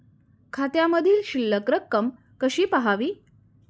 खात्यामधील शिल्लक रक्कम कशी पहावी?